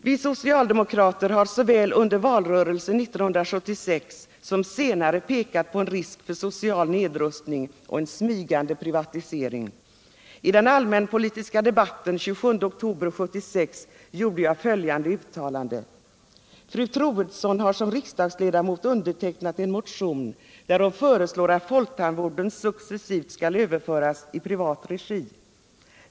Vi socialdemokrater har såväl under valrörelsen 1976 som senare pekat på en risk för social nedrustning och en smygande privatisering. I den allmänpolitiska debatten den 27 oktober 1976 gjorde jag följande uttalande: ”Fru Troedsson har även undertecknat en motion där hon föreslår att folktandvården successivt skall överföras i privat regi.